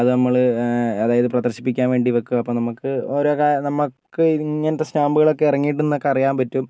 അത് നമ്മൾ അതായത് പ്രദർശിപ്പിക്കാൻ വേണ്ടി വയ്ക്കുക അപ്പോൾ നമുക്ക് ഓരോ കാര്യം നമുക്ക് ഇങ്ങനത്തെ സ്റ്റാമ്പുകളൊക്കെ ഇറങ്ങിയിട്ടുണ്ടെന്നൊക്കെ അറിയാൻ പറ്റും